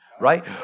Right